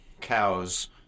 cows